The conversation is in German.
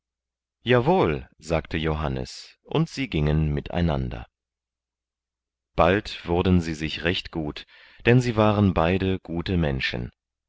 wohl sagte johannes und sie gingen mit einander bald wurden sie sich recht gut denn sie waren beide gute menschen